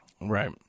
Right